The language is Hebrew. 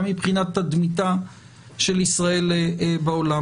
גם מבחינת תדמיתה של ישראל בעולם.